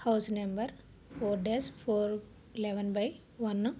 house number four dash four eleven by one